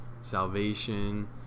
salvation